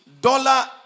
dollar